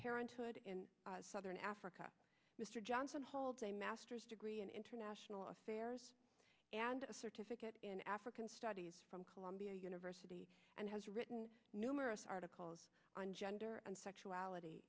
parenthood in southern africa mr johnson holds a master's degree in international affairs and a certificate in african studies from columbia university and has written numerous articles on gender and sexuality